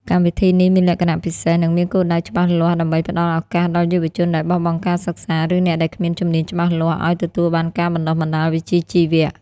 កម្មវិធីនេះមានលក្ខណៈពិសេស និងមានគោលដៅច្បាស់លាស់ដើម្បីផ្តល់ឱកាសដល់យុវជនដែលបោះបង់ការសិក្សា ឬអ្នកដែលគ្មានជំនាញច្បាស់លាស់ឱ្យទទួលបានការបណ្តុះបណ្តាលវិជ្ជាជីវៈ។